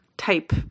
type